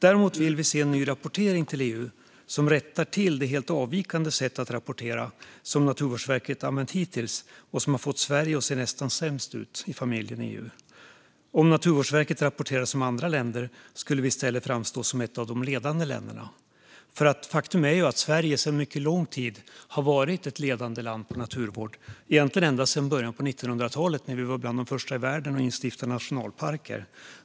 Däremot vill vi se en ny rapportering till EU som rättar till det helt avvikande sättet att rapportera som Naturvårdsverket hittills använt och som har fått Sverige att se nästan sämst ut i EU. Om Naturvårdsverket rapporterade som andra länder skulle Sverige i stället framstå som ett av de ledande länderna. Faktum är att Sverige sedan mycket lång tid tillbaka har varit ett ledande land i naturvård, egentligen sedan början av 1900-talet när Sverige var bland de första länderna i världen att instifta nationalparker.